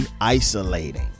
isolating